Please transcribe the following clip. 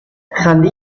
خنده